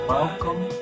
Welcome